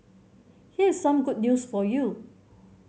here's some good news for you